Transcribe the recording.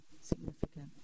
significant